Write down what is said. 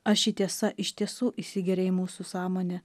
ar ši tiesa iš tiesų įsigeria į mūsų sąmonę